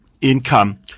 income